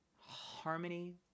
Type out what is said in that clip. harmony